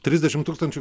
trisdešim tūkstančių